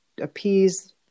appease